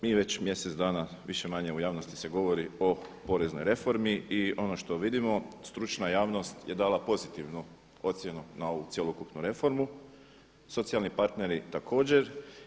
Mi već mjesec dana više-manje u javnosti se govori o poreznoj reformi i ono što vidimo stručna javnost je dala pozitivnu ocjenu na ovu cjelokupnu reformu, socijalni partneri također.